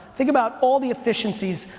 think about all the efficiencies.